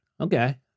Okay